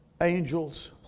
angels